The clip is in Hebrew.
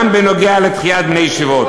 גם בנוגע לדחיית בני הישיבות.